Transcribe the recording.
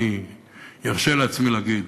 אני ארשה לעצמי להגיד,